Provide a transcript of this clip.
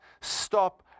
stop